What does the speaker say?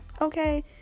Okay